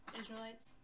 Israelites